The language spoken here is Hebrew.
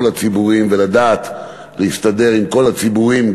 הציבורים ולדעת להסתדר עם כל הציבורים,